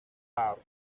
park